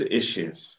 issues